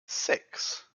six